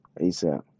ASAP